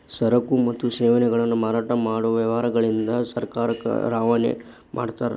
ಸರಕು ಮತ್ತು ಸೇವೆಗಳನ್ನ ಮಾರಾಟ ಮಾಡೊ ವ್ಯವಹಾರಗಳಿಂದ ಸರ್ಕಾರಕ್ಕ ರವಾನೆ ಮಾಡ್ತಾರ